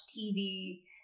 tv